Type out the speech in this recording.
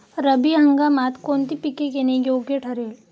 रब्बी हंगामात कोणती पिके घेणे योग्य ठरेल?